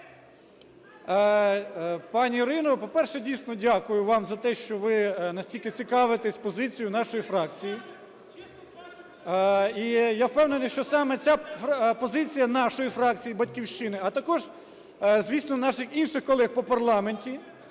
Пані Ірино, по-перше, дійсно, дякую вам за те, що ви настільки цікавитеся позицією нашої фракції. І, я впевнений, що саме ця позиція нашої фракції "Батьківщини", а також, звісно, наших інших колег по парламенту